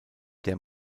der